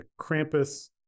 Krampus